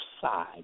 side